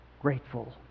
Grateful